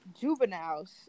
juveniles